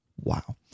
wow